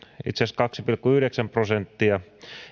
itse asiassa kaksi pilkku yhdeksän prosenttia